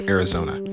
Arizona